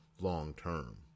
long-term